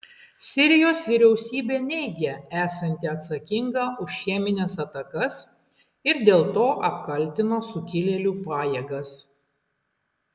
sirijos vyriausybė neigia esanti atsakinga už chemines atakas ir dėl to apkaltino sukilėlių pajėgas